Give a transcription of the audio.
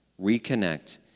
reconnect